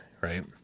right